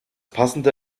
passende